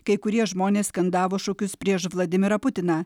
kai kurie žmonės skandavo šūkius prieš vladimirą putiną